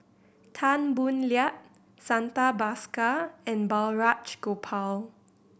Tan Boo Liat Santha Bhaskar and Balraj Gopal